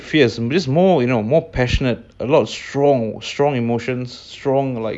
easily given in most countries and